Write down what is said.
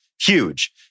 huge